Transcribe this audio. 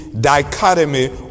dichotomy